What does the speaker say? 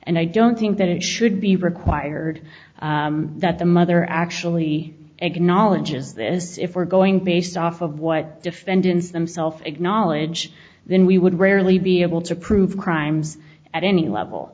and i don't think that it should be required that the mother actually acknowledges this if we're going based off of what defendants themself acknowledge then we would rarely be able to prove crimes at any level